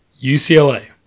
UCLA